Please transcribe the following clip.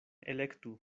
elektu